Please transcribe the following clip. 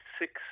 six